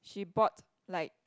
she bought like